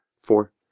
Four